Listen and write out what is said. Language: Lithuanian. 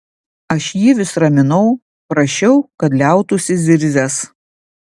aš jį vis raminau prašiau kad liautųsi zirzęs